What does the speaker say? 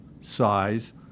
size